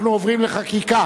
אנחנו עוברים לחקיקה.